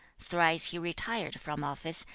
thrice he retired from office,